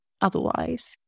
otherwise